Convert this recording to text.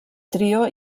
trio